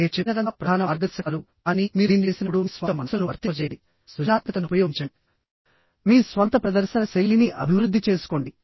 నేను చెప్పినదంతా ప్రధాన మార్గదర్శకాలుకానీ మీరు దీన్ని చేసినప్పుడు మీ స్వంత మనస్సును వర్తింపజేయండి సృజనాత్మకతను ఉపయోగించండి మీ స్వంత ప్రదర్శన శైలిని అభివృద్ధి చేసుకోండి